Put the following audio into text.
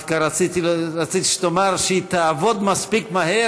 דווקא רציתי שתאמר שהיא תעבוד מספיק מהר